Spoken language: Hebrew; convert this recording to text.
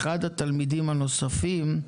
אחד התלמידים הנוספים,